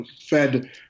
fed